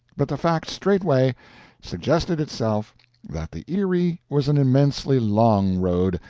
but the fact straightway suggested itself that the erie was an immensely long road,